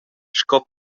sco